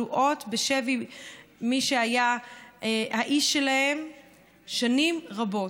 כלואות בשבי של מי שהיה האיש שלהן שנים רבות.